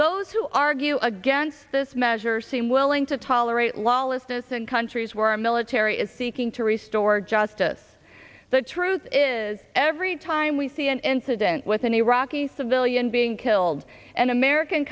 those who argue against this measure seem willing to tolerate lawlessness in countries where our military is seeking to restore justice the truth is every time we see an incident with an iraqi civilian being killed an american